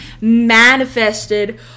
manifested